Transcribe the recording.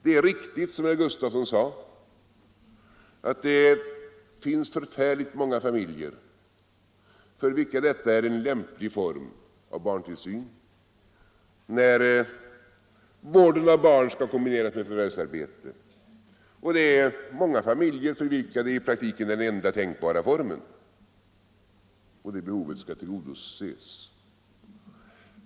Det är riktigt som herr Gustavsson i Alvesta sade att det finns förfärligt många familjer för vilka detta är en lämplig form av barntillsyn när vården av barn skall kombineras med förvärvsarbete. För många familjer är det i praktiken den enda tänkbara formen, och det behovet skall tillgodoses.